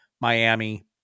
Miami